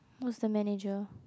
who's the manager